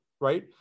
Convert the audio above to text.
right